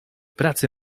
pracy